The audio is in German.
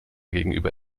gegenüber